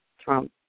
Trump